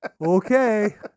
Okay